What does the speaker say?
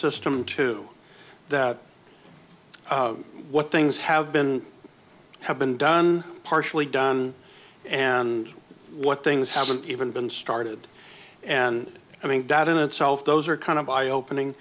system to that what things have been have been done partially done and what things haven't even been started and i think that in itself those are kind of eye opening